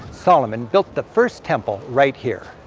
solomon, built the first temple right here.